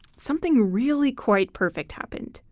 something really quite perfect happened.